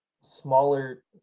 smaller